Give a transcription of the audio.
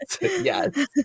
Yes